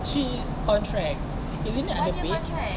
she contract isn't it underpaid